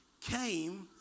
came